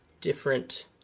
different